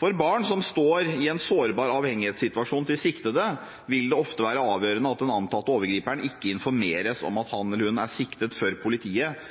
For barn som står i en sårbar avhengighetssituasjon til siktede, vil det ofte være avgjørende at den antatte overgriperen ikke informeres om at han eller hun er siktet, før politiet